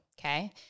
okay